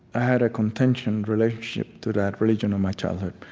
i had a contentious relationship to that religion of my childhood.